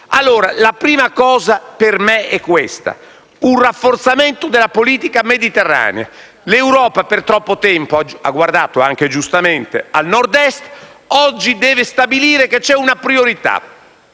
occorre prioritariamente un rafforzamento della politica mediterranea. L'Europa per troppo tempo ha guardato, anche giustamente, a Nord‑Est e oggi deve stabilire che c'è una priorità: